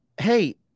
Hey